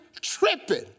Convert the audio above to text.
tripping